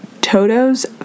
Toto's